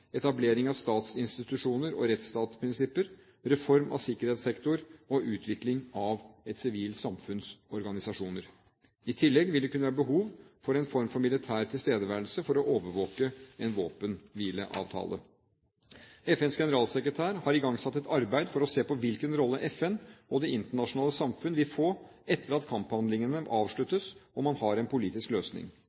etablering av statsinstitusjoner og rettsstatsprinsipper, reform av sikkerhetssektoren og utvikling av et sivilt samfunns organisasjoner. I tillegg vil det kunne være behov for en form for militær tilstedeværelse for å overvåke en våpenhvileavtale. FNs generalsekretær har igangsatt et arbeid for å se på hvilken rolle FN og det internasjonale samfunn vil få etter at kamphandlingene avsluttes og man har en politisk løsning.